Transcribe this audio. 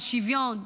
על שוויון.